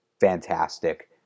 fantastic